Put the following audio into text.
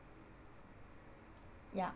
ya